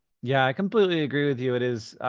yeah, i completely agree with you. it is.